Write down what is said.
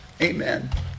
amen